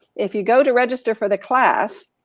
if you go to register for the class,